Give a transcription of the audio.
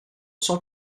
cent